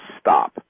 stop